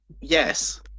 yes